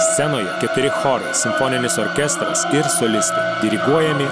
scenoje keturi chorai simfoninis orkestras ir solistai diriguojami